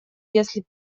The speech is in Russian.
если